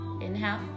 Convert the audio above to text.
Inhale